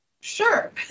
Sure